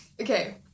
Okay